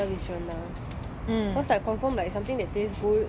கொறைவான:koraivaana portions கொடுத்தாலும் நல்ல நல்ல விசயந்தான்:koduthaalum nalla nalla visayanthaan